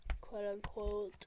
quote-unquote